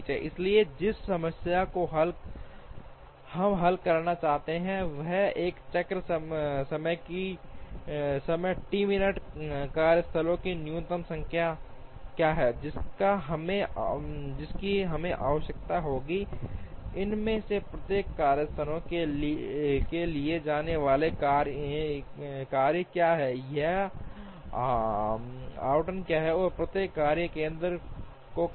इसलिए जिस समस्या को हम हल करना चाहते हैं वह है एक चक्र समय टी मिनट कार्यस्थलों की न्यूनतम संख्या क्या है जिनकी हमें आवश्यकता होती है इनमें से प्रत्येक कार्यस्थान में किए जाने वाले कार्य क्या हैं या आवंटन क्या है प्रत्येक कार्य केंद्र को कार्य